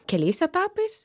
keliais etapais